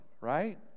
right